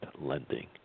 lending